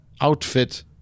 outfit